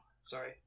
Sorry